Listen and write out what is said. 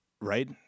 Right